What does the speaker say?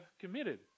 committed